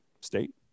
state